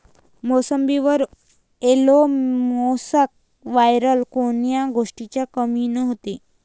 मोसंबीवर yellow mosaic virus कोन्या गोष्टीच्या कमीनं होते?